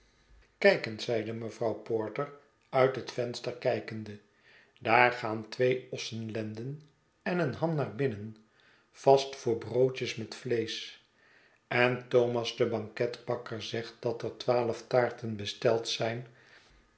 kijk eens i zeide mevrouw porter uit het venster kijkende daar gaan twee ossenlenden en een ham naar binnen vast voor broodjes met vleesch en thomas de banketbakker zegt dat er twaalf taarten besteld zijn